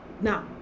now